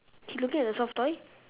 he looking at the soft toy